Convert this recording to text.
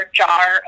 jar